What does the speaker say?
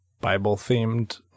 Bible-themed